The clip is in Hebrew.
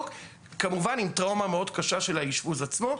כמובן עם טראומה מאוד קשה של האשפוז עצמו,